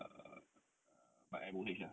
err by M_O_H ah